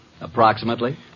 Approximately